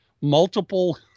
multiple